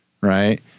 right